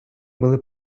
були